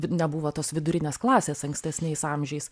nebuvo tos vidurinės klasės ankstesniais amžiais